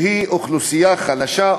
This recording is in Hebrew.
שהיא אוכלוסייה חלשה,